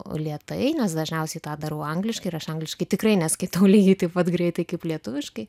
lėtai nes dažniausiai tą darau angliškai ir aš angliškai tikrai neskaitau lygiai taip pat greitai kaip lietuviškai